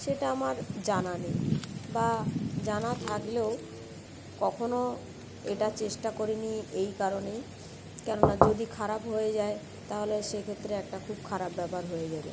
সেটা আমার জানা নেই বা জানা থাকলেও কখনো এটা চেষ্টা করিনি এই কারণেই কেননা যদি খারাপ হয়ে যায় তাহলে সেক্ষেত্রে একটা খুব খারাপ ব্যাপার হয়ে যাবে